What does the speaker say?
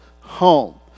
home